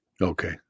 Okay